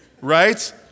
Right